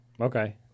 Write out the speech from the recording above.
Okay